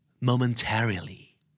momentarily